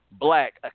Black